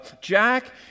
Jack